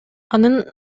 анын